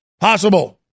possible